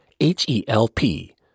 H-E-L-P